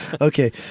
Okay